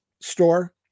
store